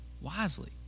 wisely